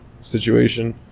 situation